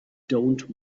dont